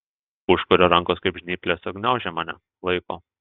užkurio rankos kaip žnyplės sugniaužė mane laiko